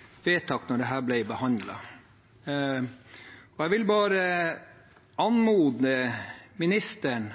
det i sitt vedtak da dette ble behandlet. Jeg vil bare anmode ministeren